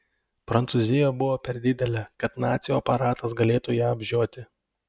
prancūzija buvo per didelė kad nacių aparatas galėtų ją apžioti